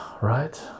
right